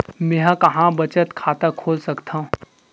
मेंहा कहां बचत खाता खोल सकथव?